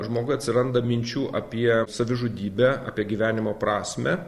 žmoguj atsiranda minčių apie savižudybę apie gyvenimo prasmę